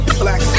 black